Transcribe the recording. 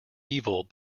evil